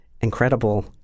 Incredible